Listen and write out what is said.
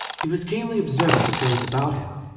he was keenly observant of those about him,